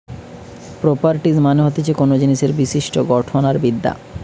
properties মানে হতিছে কোনো জিনিসের বিশিষ্ট গঠন আর বিদ্যা